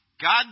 God